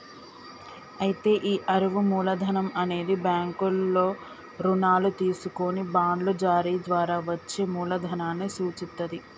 అయితే ఈ అరువు మూలధనం అనేది బ్యాంకుల్లో రుణాలు తీసుకొని బాండ్లు జారీ ద్వారా వచ్చే మూలదనాన్ని సూచిత్తది